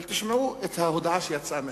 אבל תשמעו את ההודעה שיצאה מהשר,